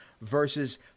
versus